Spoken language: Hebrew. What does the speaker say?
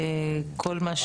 כל מה,